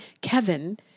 Kevin